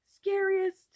scariest